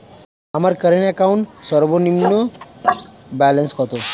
আমার current account সর্বনিম্ন balance কত?